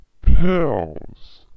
pills